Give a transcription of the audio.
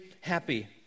happy